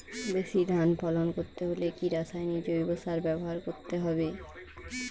বেশি ধান ফলন করতে হলে কি রাসায়নিক জৈব সার ব্যবহার করতে হবে?